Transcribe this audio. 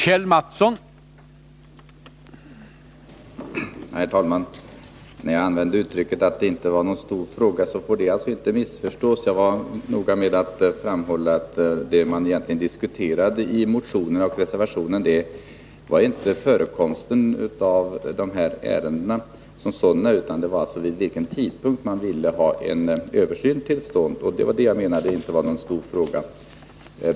Herr talman! Mitt uttryck att det här inte var någon stor fråga får inte missförstås. Jag var noga med att framhålla att det man egentligen tar upp till diskussion i motionerna och reservationen inte är förekomsten av de här ärendena som sådana utan vid vilken tidpunkt en översyn bör komma till stånd, och det var det jag menade inte var någon stor fråga.